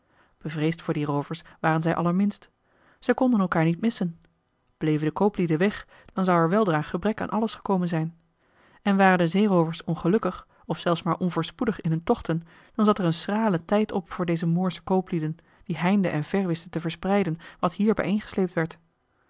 bevreesd voor die roovers waren zij allerminst zij konden elkaar niet missen bleven de kooplieden weg dan zou er weldra gebrek aan alles gekomen zijn en waren de zeeroovers ongelukkig of zelfs maar onvoorspoedig in hun tochten dan zat er een schrale tijd op voor deze moorsche kooplieden die heinde en ver wisten te verspreiden wat hier bijeengesleept werd